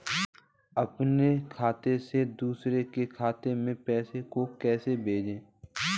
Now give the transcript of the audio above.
अपने खाते से दूसरे के खाते में पैसे को कैसे भेजे?